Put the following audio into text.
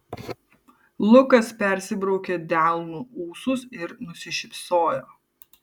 lukas persibraukė delnu ūsus ir nusišypsojo